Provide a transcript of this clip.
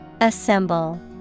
Assemble